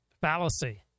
fallacy